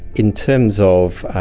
in terms of